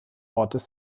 ortes